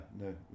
no